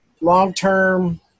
long-term